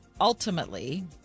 ultimately